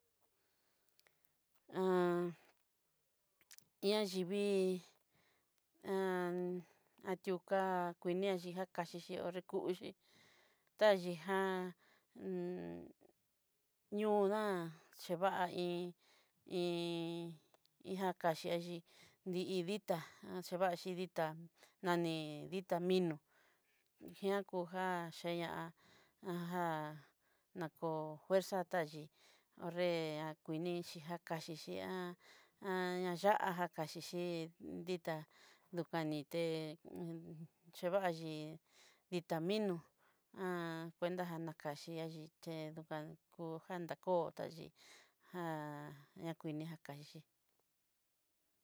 cheá chivii tioká kuinexhí jakaxhichi orekuxhí, ayiján ñodán xhivadíi iin ii ajachexhí di'i ditá nani ditá minó gean kojá xheña á na ko fuerza ta yí ho'nré akuini nakaxhí ya'á nakaxhichi ditá dukani té chevaxhí ditá minó enta nakaxhi iché dukanta kotá chí ján kuiña nakaxhixhi.